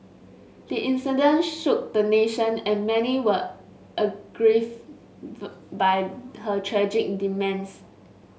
the incident shook the nation and many were by her tragic demise